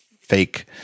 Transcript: fake